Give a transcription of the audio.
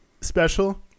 special